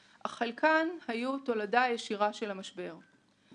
אך חלקן היו תולדה ישירה של המשבר.